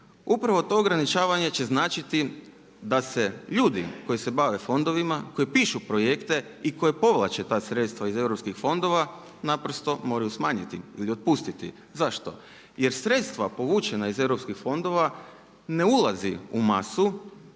upravo to ograničavanje će značiti da se ljudi koji se bave fondovima koji pišu projekte i koji povlače ta sredstva iz europskih fondova naprosto moraju smanjiti ili otpustiti. Zašto? Jer sredstva povučena iz europskih fondova ne ulazi u masu